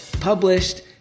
published